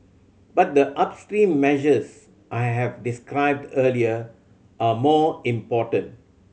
but the upstream measures I have described earlier are more important